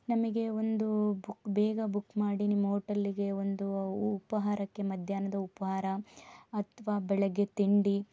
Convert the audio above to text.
ನಮಗೆ ಒಂದು ಬುಕ್ ಬೇಗ ಬುಕ್ ಮಾಡಿ ನಿಮ್ಮ ಓಟೆಲ್ಲಿಗೆ ಒಂದು ಉಪಹಾರಕ್ಕೆ ಮಧ್ಯಾಹ್ನದ ಉಪಹಾರ ಅಥವಾ ಬೆಳಗ್ಗೆ ತಿಂಡಿ